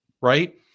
right